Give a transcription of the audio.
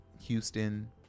houston